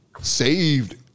saved